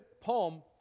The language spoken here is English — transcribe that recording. poem